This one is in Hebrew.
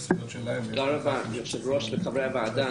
רבה ליושב ראש ולחברי הוועדה.